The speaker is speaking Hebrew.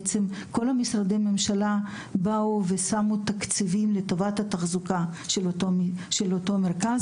בעצם כל משרדי הממשלה באו ושמו תקציבים לטובת התחזוקה של אותו מרכז.